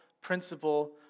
principle